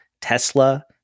Tesla